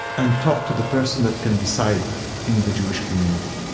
and talk to the person that can decide in the jewish community.